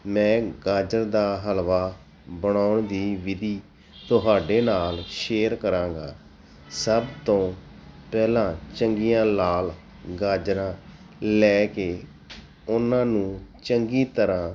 ਮੈਂ ਗਾਜਰ ਦਾ ਹਲਵਾ ਬਣਾਉਣ ਦੀ ਵਿਧੀ ਤੁਹਾਡੇ ਨਾਲ ਸ਼ੇਅਰ ਕਰਾਂਗਾ ਸਭ ਤੋਂ ਪਹਿਲਾਂ ਚੰਗੀਆਂ ਲਾਲ ਗਾਜਰਾਂ ਲੈ ਕੇ ਉਹਨਾਂ ਨੂੰ ਚੰਗੀ ਤਰ੍ਹਾਂ